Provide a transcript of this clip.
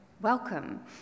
welcome